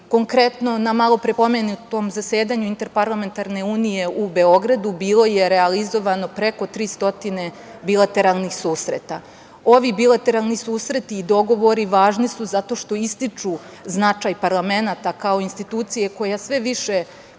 sastanci. Konkretno na malopre pomenutom zasedanju Interparlamentarne unije u Beogradu bilo je realizovano preko 300 bilateralnih susreta. Ovi bilateralni susreti i dogovori važni su zato što ističu značaj parlamenta kao institucije koja sve više